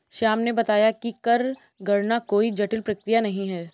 श्याम ने बताया कि कर गणना कोई जटिल प्रक्रिया नहीं है